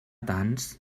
tants